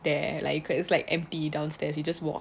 there like a it's like empty downstairs you just walk